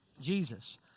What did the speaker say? Jesus